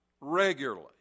regularly